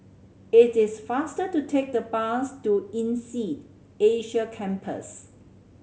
it is faster to take the bus to INSEAD Asia Campus